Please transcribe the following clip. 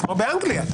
כמו באנגליה,